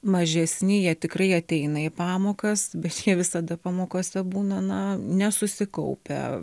mažesni jie tikrai ateina į pamokas bet jie visada pamokose būna na nesusikaupę